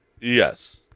Yes